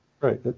right